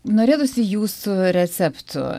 norėtųsi jūsų receptų